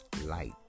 light